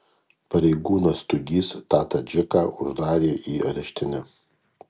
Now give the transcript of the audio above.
pareigūnas stugys tą tadžiką uždarė į areštinę